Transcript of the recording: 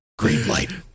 Greenlight